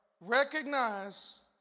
Recognize